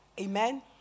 Amen